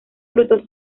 frutos